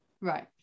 Right